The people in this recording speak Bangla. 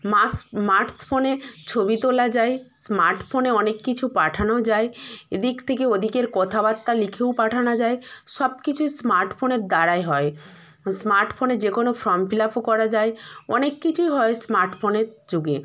মাটস ফোনে ছবি তোলা যায় স্মার্ট ফোনে অনেক কিছু পাঠানো যায় এদিক থেকে ওদিকের কথাবার্তা লিখেও পাঠানো যায় সব কিছুই স্মার্ট ফোনের দ্বারাই হয় স্মার্ট ফোনে যে কোনো ফর্ম ফিল আপও করা যায় অনেক কিছুই হয় স্মার্ট ফোনের যুগে